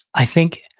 i think